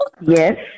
Yes